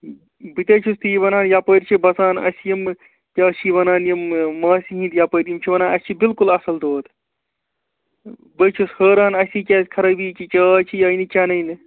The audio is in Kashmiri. بہٕ تہِ ہَے چھُس تی وَنان یَپٲرۍ چھِ بسان اَسہِ یِمہٕ کیٛاہ چھِ وَنان یِم ماسہِ ہٕنٛدۍ یَپٲرۍ یِم چھِ وَنان اَسہِ چھُ بِلکُل اَصٕل دۄد بٕے چھُس حٲران اَسی کیٛازِ خرٲبی یہِ چاے چھِ یہِ آیہِ نہٕ چٮ۪نےَ مےٚ